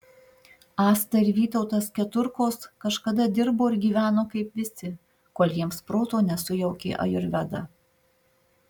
asta ir vytautas keturkos kažkada dirbo ir gyveno kaip visi kol jiems proto nesujaukė ajurveda